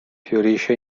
fiorisce